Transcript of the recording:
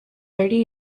thirty